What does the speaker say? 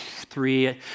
three